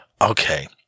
okay